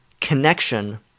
connection